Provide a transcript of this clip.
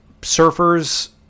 surfers